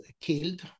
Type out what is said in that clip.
killed